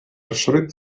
schritt